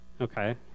Okay